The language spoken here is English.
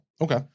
okay